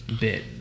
bit